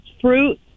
Fruit